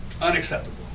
unacceptable